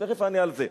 ותיכף אענה על זה.